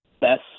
best